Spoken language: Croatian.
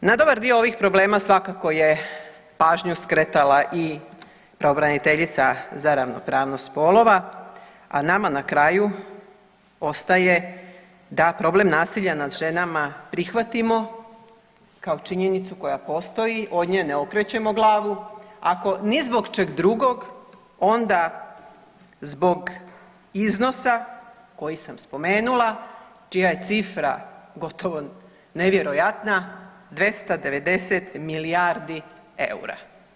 Na dobar dio ovih problema svakako je pažnju skretala i pravobraniteljica za ravnopravnost spolova, a nama na kraju ostaje da problem nasilja nad ženama prihvatimo kao činjenicu koja postoji, od nje ne okrećemo glavu, ako ni zbog čeg drugog, onda zbog iznosa koji sam spomenula, čija je cifra gotovo nevjerojatna, 290 milijardi eura.